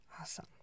Awesome